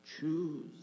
Choose